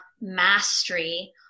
mastery